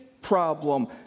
Problem